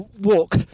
walk